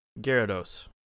Gyarados